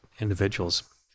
individuals